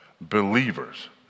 believers